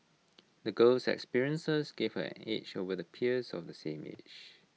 the girl's experiences gave her an edge over the peers of the same age